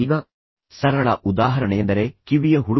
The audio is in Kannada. ಈಗ ಸರಳ ಉದಾಹರಣೆಯೆಂದರೆ ಕಿವಿಯ ಹುಳುಗಳು